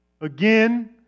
again